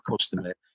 customer